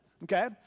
Okay